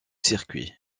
circuits